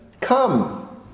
Come